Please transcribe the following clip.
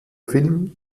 film